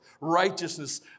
righteousness